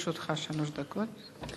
לרשותך שלוש דקות.